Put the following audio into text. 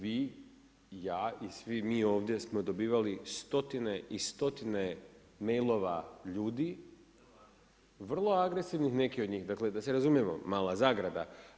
Vi, ja i svi mi ovdje smo dobivali stotine i stotine mailova ljudi vrlo agresivnih neki od njih, dakle da se razumijemo, mala zagrada.